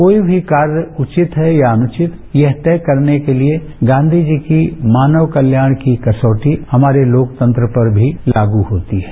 कोई भी कार्य उचित है या अनुचित यह तक करने के लिए गांधी जी की मानव कल्याण की कसौटी हमारे लोकतंत्र पर भी लागु होती है